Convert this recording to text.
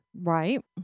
Right